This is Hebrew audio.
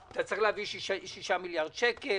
אתה צריך להביא שישה מיליארד שקלים,